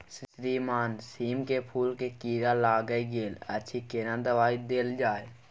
श्रीमान सीम के फूल में कीरा लाईग गेल अछि केना दवाई देल जाय?